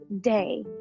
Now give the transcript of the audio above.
day